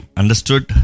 understood